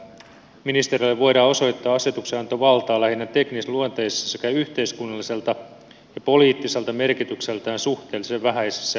ministeriölle voidaan osoittaa asetuksenantovaltaa lähinnä teknisluonteisissa sekä yhteiskunnalliselta ja poliittiselta merkitykseltään suhteellisen vähäisissä asioissa